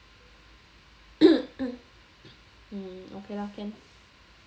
mm okay mm lah can